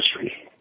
history